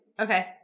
Okay